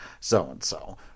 so-and-so